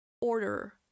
order